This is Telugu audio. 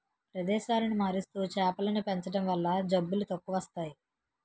ప్రదేశాలను మారుస్తూ చేపలను పెంచడం వల్ల జబ్బులు తక్కువస్తాయి